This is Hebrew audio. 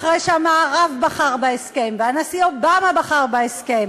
אחרי שהמערב בחר בהסכם, והנשיא אובמה בחר בהסכם,